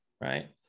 Right